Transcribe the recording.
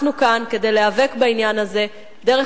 אנחנו כאן כדי להיאבק בעניין הזה דרך